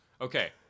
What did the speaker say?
Okay